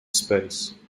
space